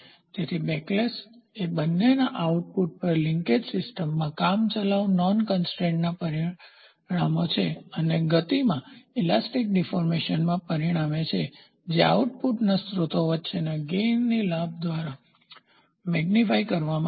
તેથી બેકલેશ એ બંનેના આઉટપુટ પર લિંકેજ સિસ્ટમમાં કામચલાઉ નોન કન્સ્ટ્રેઇનબિન મર્યાદિત ના પરિણામો છે અને ગતિમાં ઈલાસ્ટિક ડીફોર્મશનના પરિણામો છે જે આઉટપુટના સ્રોતો વચ્ચેના ગેઇનલાભની દ્વારા મેગ્નીફાયવિસ્તૃત કરવામાં આવશે